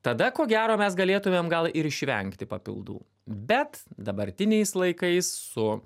tada ko gero mes galėtumėm gal ir išvengti papildų bet dabartiniais laikais su